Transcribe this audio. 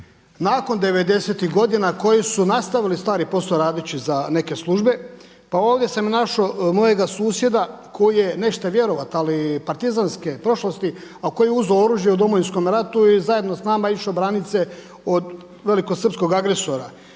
godina koji su nastavili stari posao radeći za neke službe. Pa ovdje sam našao mojega susjeda koji je nećete vjerovati ali partizanske prošlosti, a koji je uzeo oružje u Domovinskom ratu i zajedno sa nama išao branit se od velikosrpskog agresora.